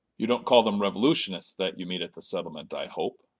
you don't call them revolutionists that you meet at the settlement, i hope?